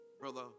Brother